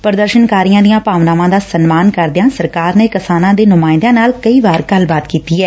ਪ੍ਰਦਰਸਨਕਾਰੀਆਂ ਦੀਆਂ ਭਾਵਨਾਵਾਂ ਦਾ ਸਨਮਾਨ ਕਰਦਿਆਂ ਸਰਕਾਰ ਨੇ ਕਿਸਾਨਾਂ ਦੇ ਨੁਮਾਇੰਦਿਆਂ ਨਾਲ ਕਈ ਵਾਰ ਗੱਲਬਾਤ ਕੀਤੀ ਐ